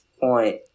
point